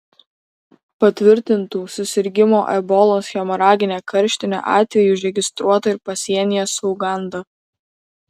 patvirtintų susirgimo ebolos hemoragine karštine atvejų užregistruota ir pasienyje su uganda